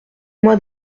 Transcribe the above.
mois